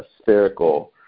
spherical